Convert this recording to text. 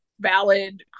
valid